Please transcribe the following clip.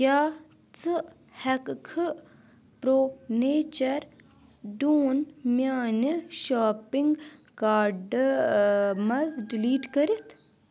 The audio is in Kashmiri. کیٛاہ ژٕٕ ہیٚککھا پرٛو نیچر ڈوٗن میانہِ شاپنگ کارڑٕ منٛز ڈیلیٖٹ کٔرِتھ